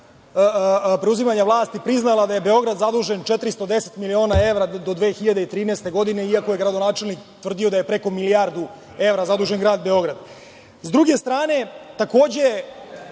preuzimanja vlasti priznala da je Beograd zadužen 410 miliona evra do 2013. godine, iako je gradonačelnik tvrdio da je preko milijardu evra zadužen grad Beograd.S druge strane, takođe,